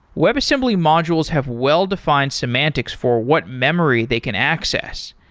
webassembly modules have well-defined semantics for what memory they can access.